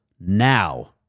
now